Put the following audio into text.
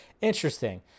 interesting